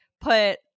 put